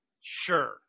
Sure